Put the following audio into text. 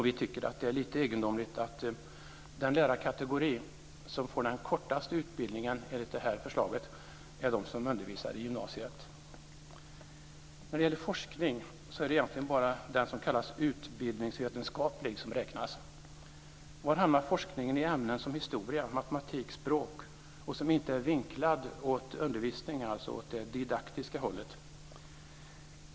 Vi tycker att det är lite egendomligt att den lärarkategori som får den kortaste utbildningen enligt det här förslaget är de som undervisar i gymnasiet. När det gäller forskning är det egentligen bara den som kallas utbildningsvetenskaplig som räknas. Var hamnar forskningen i ämnen som historia, matematik och språk och den forskning som inte är vinklad åt undervisning, dvs. åt det didaktiska hållet?